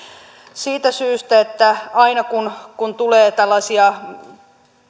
siitä syystä että aina kun kun tulee tällaisia